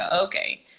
okay